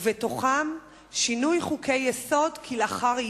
ובתוכה שינוי חוקי-יסוד כלאחר יד,